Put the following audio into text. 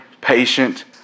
patient